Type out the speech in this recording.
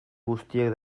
guztiak